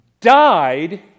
died